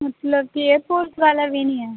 ਮਤਲਬ ਕਿ ਏਅਰਪੋਰਟ ਵਾਲਾ ਵੀ ਨਹੀਂ ਹੈ